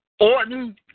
Orton